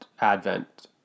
Advent